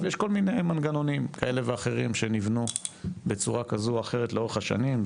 ויש כל מיני מנגנונים כאלה ואחרים שנבנו בצורה כזו או אחרת לאורך השנים.